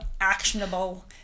actionable